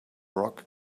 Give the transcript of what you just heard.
rock